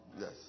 Yes